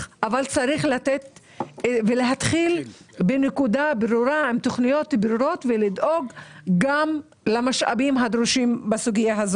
אני חושב שזה צריך לעבור באופן ברור למשרד הרווחה.